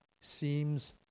seems